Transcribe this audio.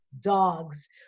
dogs